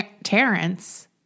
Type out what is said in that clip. Terrence